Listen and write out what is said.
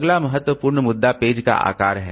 अगला महत्वपूर्ण मुद्दा पेज का आकार है